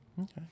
okay